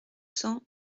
cents